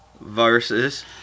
versus